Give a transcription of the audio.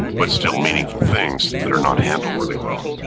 but still meaningful things that are not handled really well,